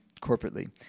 corporately